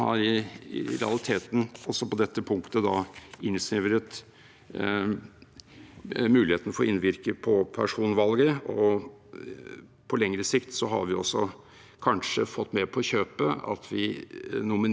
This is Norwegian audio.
på lengre sikt har vi kanskje fått med på kjøpet at vi nominerer mer partisoldater enn personer som tar et personlig representantansvar på høyeste alvor.